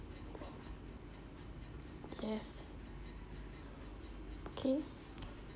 yes okay